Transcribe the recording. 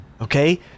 Okay